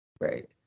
Right